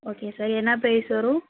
okay sir என்ன price வரும்